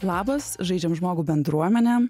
labas žaidžiam žmogų bendruomene